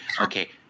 Okay